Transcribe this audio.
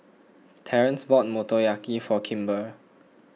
Terrence bought Motoyaki for Kimber